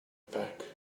back